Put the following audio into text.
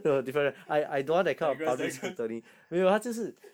digress digress